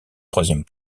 troisième